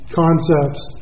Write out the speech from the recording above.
concepts